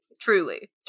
truly